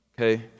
Okay